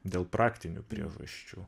dėl praktinių priežasčių